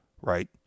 Right